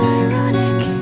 ironic